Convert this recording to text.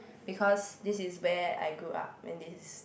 because this is where I grew up and this is